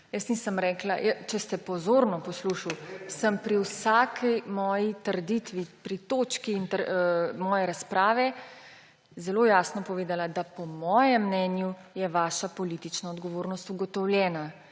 Jaz nisem rekla … Če ste pozorno poslušali, sem pri vsaki svoji trditvi pri točki svoje razprave zelo jasno povedala, da je po mojem mnenju vaša politična odgovornost ugotovljena.